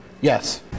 Yes